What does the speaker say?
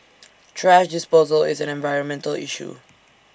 thrash disposal is an environmental issue